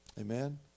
Amen